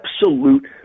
absolute